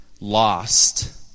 lost